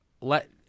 let